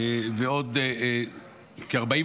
עד עשר